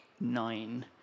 nine